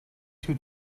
two